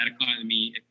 economy